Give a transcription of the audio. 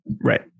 Right